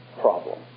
problem